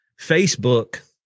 Facebook